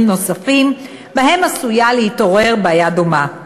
נוספים שבהם עשויה להתעורר בעיה דומה.